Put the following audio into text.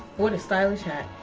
what a stylish hat.